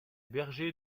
bergers